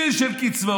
דיל של קצבאות,